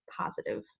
positive